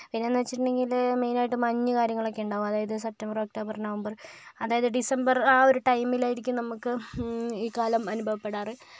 പിന്നെയെന്ന് വെച്ചിട്ടുണ്ടെങ്കിൽ മെയിനായിട്ട് മഞ്ഞ് കാര്യങ്ങളൊക്കെയുണ്ടാകും അതായത് സെപ്റ്റംബർ ഒക്ടോബർ നവംബർ അതായത് ഡിസംബർ ആ ഒരു ടൈമിലായിരിക്കും നമുക്ക് ഈ കാലം അനുഭവപ്പെടാറ്